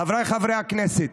חבריי חברי הכנסת,